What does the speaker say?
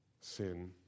sin